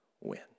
win